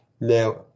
now